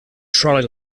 trolley